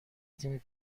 تیم